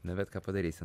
na bet ką padarysi